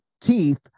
Teeth